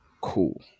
Cool